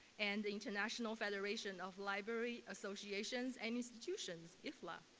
and the international federation of library associations and institutions, iflai.